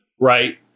right